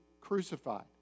crucified